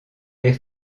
les